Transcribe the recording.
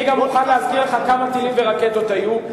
אני גם מוכן להסביר לך כמה טילים ורקטות היו.